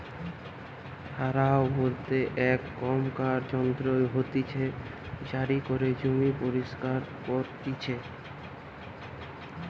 হারও বলতে এক র্কমকার যন্ত্র হতিছে জারি করে জমি পরিস্কার করতিছে